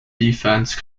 defence